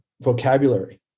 vocabulary